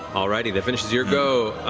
all righty, that finishes your go.